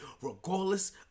regardless